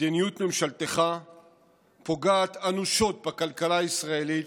מדיניות ממשלתך פוגעת אנושות בכלכלה הישראלית